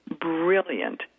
brilliant